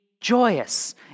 joyous